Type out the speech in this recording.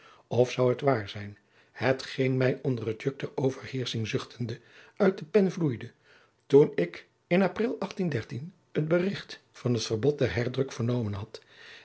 of zou het waar zijn het geen mij onder het juk der overheersching zuchtende uit de pen vloeide toen ik in pril het berigt van het verbod van den herdruk vernomen had